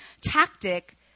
tactic